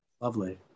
Lovely